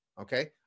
Okay